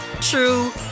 true